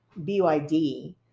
BYD